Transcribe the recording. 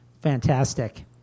Fantastic